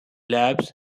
labs